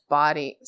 body